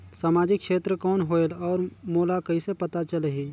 समाजिक क्षेत्र कौन होएल? और मोला कइसे पता चलही?